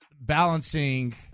balancing